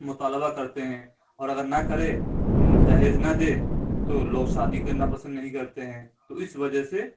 مطالبہ کرتے ہیں اور اگر نہ کرے جہیز نہ دے تو لوگ شادی کرنا پسند نہیں کرتے ہیں تو اس وجہ سے